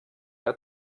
que